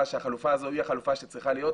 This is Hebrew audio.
שהחלופה הזו היא החלופה שצריכה להיות,